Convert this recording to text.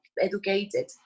educated